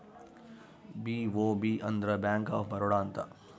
BOB ಅಂದ್ರ bank of Baroda ಅಂತ